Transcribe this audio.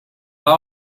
war